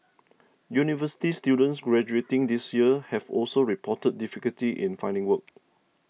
university students graduating this year have also reported difficulty in finding work